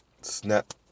snap